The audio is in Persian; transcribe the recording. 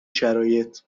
شرایط